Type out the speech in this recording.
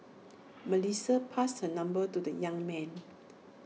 Melissa passed her number to the young man